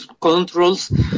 controls